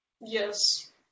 Yes